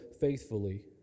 faithfully